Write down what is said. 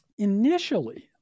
Initially